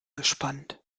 gespannt